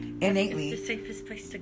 innately